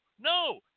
no